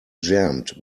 jammed